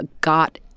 got